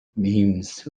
memes